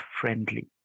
friendly